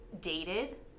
dated